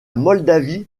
moldavie